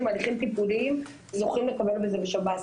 הליכים טיפוליים זוכים לקבל את זה בשב"ס.